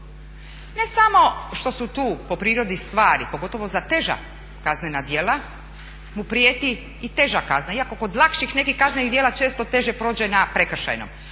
Ne samo što su tu po prirodi stvari, pogotovo za teža kaznena djela, mu prijeti i teža kazna. Iako kod lakših nekih kaznenih djela često teže prođe na prekršajnom.